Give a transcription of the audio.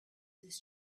this